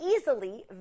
easily